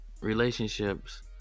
relationships